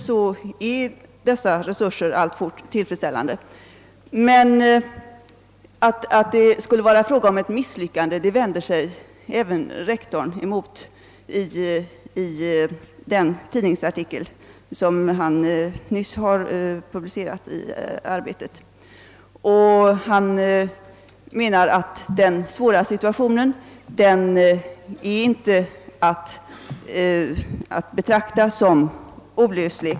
Rektorn bestred i en tidningsartikel i tidningen Arbetet att verksamheten vid Råby innebar ett misslyckande. Han underströk de svårigheter skolan brottas med men menade att den svåra situationen inte är olöslig.